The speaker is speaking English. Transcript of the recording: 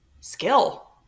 skill